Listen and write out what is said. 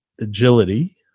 agility